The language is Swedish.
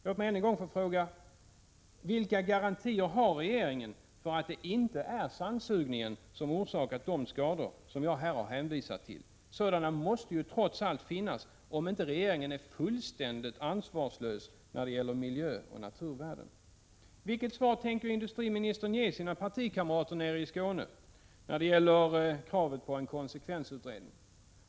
Låt mig ånyo få fråga: Vilka garantier har regeringen för att det inte är sandsugningen som orsakat de skador som jag har hänvisat till? Sådana måste trots allt finnas, om inte regeringen är fullständigt ansvarslös när det gäller miljöoch naturvärden. Vilket svar tänker industriministern ge sina partikamrater nere i Skåne när det gäller kravet på en konsekvensutredning?